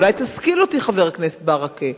אולי תשכיל אותי, חבר הכנסת ברכה.